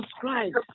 Christ